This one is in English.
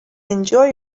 enjoy